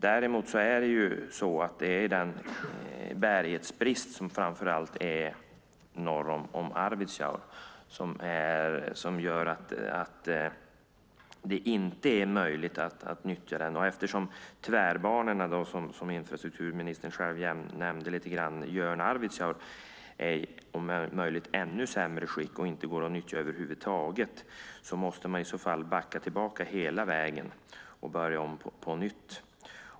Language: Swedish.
Däremot gör den bärighetsbrist som framför allt finns norr om Arvidsjaur att det inte är möjligt att nyttja den där. Och eftersom tvärbanorna, som infrastrukturministern själv nämnde, till exempel Jörn-Arvidsjaur, om möjligt är i ännu sämre skick och inte går att nyttja över huvud taget måste man i så fall backa tillbaka hela vägen och börja om på nytt.